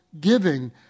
giving